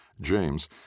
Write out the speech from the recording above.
james